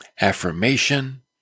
affirmation